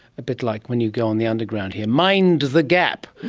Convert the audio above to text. a bit like when you go on the underground here mind the gap!